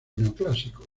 neoclásico